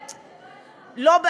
לא,